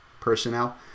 personnel